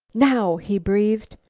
now! he breathed.